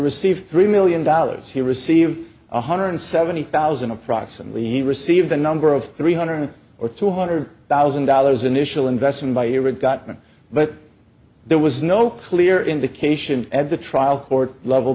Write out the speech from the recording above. received three million dollars he received one hundred seventy thousand approximately he received the number of three hundred or two hundred thousand dollars initial investment by year it got me but there was no clear indication at the trial court level